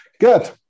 Good